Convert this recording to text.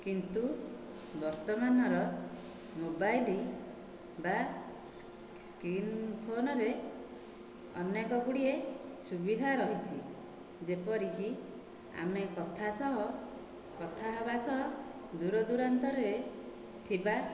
କିନ୍ତୁ ବର୍ତ୍ତମାନର ମୋବାଇଲ୍ ବା ସ୍କ୍ରିନ୍ ଫୋନ୍ରେ ଅନେକ ଗୁଡ଼ିଏ ସୁବିଧା ରହିଛି ଯେପରିକି ଆମେ କଥା ସହ କଥା ହେବା ସହ ଦୂର ଦୁରାନ୍ତରରେ ଥିବା